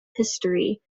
history